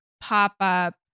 pop-up